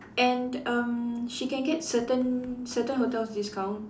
and erm she can get certain certain hotels discount